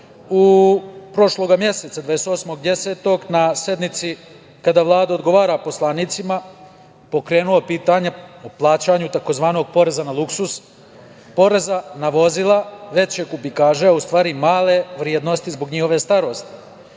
prošlog meseca, 28. oktobra, na sednici kada Vlada odgovora poslanicima pokrenuo pitanje o plaćanju tzv. poreza na luksuz, poreza na vozila veće kubikaže, a u stvari male vrednosti zbog njihove starosti. On